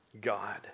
God